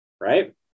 right